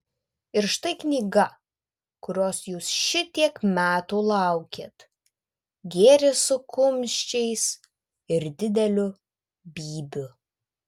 ir štai knyga kurios jūs šitiek metų laukėt gėris su kumščiais ir dideliu bybiu